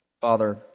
Father